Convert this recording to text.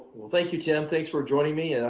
well thank you tim. thanks for joining me. and